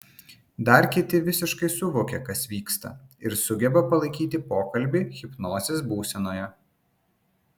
dar kiti visiškai suvokia kas vyksta ir sugeba palaikyti pokalbį hipnozės būsenoje